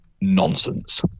nonsense